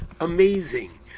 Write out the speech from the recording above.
Amazing